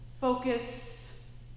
Focus